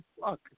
fuck